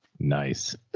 nice